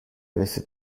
avesse